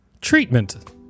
Treatment